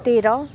तेह्र